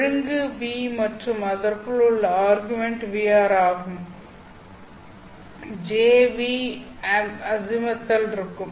ஒழுங்கு ν மற்றும் அதற்குள் உள்ள ஆர்குமென்ட் νr ஆகவும் jv Æ இருக்கும்